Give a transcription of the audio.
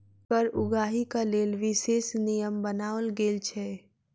कर उगाहीक लेल विशेष नियम बनाओल गेल छै